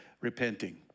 repenting